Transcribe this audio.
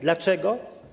Dlaczego?